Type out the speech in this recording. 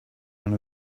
one